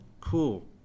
cool